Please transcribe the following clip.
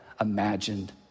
imagined